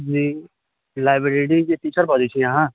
जी library के teacher बजै छी अहाँ